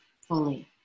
fully